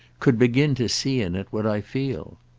could begin to see in it what i feel.